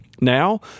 Now